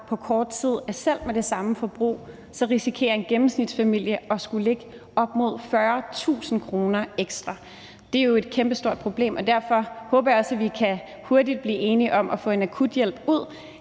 kort tid – at selv med det samme forbrug risikerer en gennemsnitsfamilie at skulle lægge op mod 40.000 kr. ekstra. Det er jo et kæmpestort problem, og derfor håber jeg også, at vi hurtigt kan blive enige om at få en akuthjælp ud.